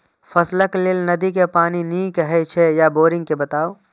फसलक लेल नदी के पानी नीक हे छै या बोरिंग के बताऊ?